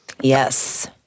Yes